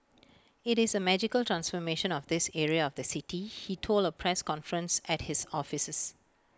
IT is A magical transformation of this area of the city he told A press conference at his offices